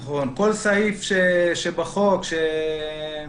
נכון, כל סעיף שבחוק שהוא